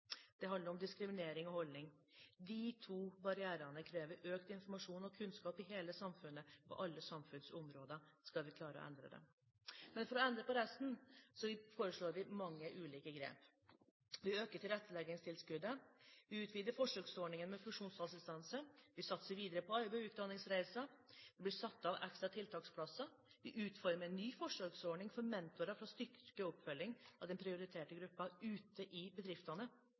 Det handler om diskriminering og holdninger. De to barrierene krever økt informasjon og økt kunnskap i hele samfunnet og på alle samfunnsområder skal vi klare å endre det. For å endre på resten foreslår vi mange ulike grep. Vi øker tilretteleggingstilskuddet. Vi utvider forsøksordningen med funksjonsassistanse, og vi satser videre på arbeids- og utdanningsreiser. Det blir satt av ekstra tiltaksplasser, og vi utformer en ny forsøksordning for mentorer for å styrke oppfølgingen av den prioriterte gruppen ute i bedriftene.